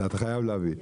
אתה חייב להביא.